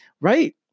right